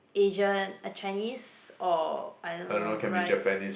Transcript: Asian a Chinese or I don't know rice